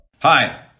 Hi